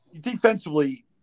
defensively